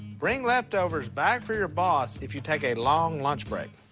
bring leftovers back for your boss if you take a long lunch break.